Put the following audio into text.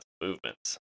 movements